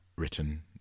Written